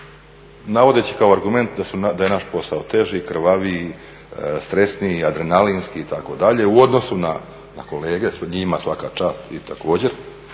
navodeći kao argument da je naš posao teži, krvaviji, stresniji, adrenalinski itd. u odnosu na kolege. Njima svaka čast … također.